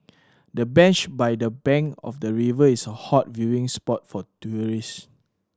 the bench by the bank of the river is a hot viewing spot for tourist